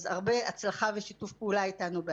אז הרבה הצלחה ושיתוף פעולה איתנו.